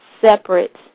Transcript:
Separate